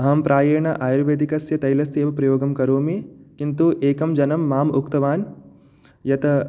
अहं प्रायेण आयुर्वेदिकस्य तैलस्यैव प्रयोगं करोमि किन्तु एकं जनं माम् उक्तवान् यत्